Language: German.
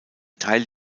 teil